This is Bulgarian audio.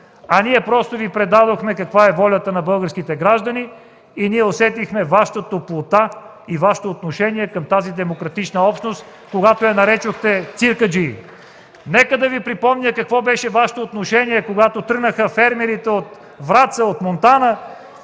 Ние просто Ви предадохме каква е волята на българските граждани. Ние усетихме Вашата топлота и Вашето отношение към тази демократична общност, когато я нарекохте „циркаджии”. Нека да Ви припомня какво беше Вашето отношение, когато тръгнаха фермерите от Враца, от Монтана,